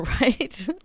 right